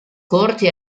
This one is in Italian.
corti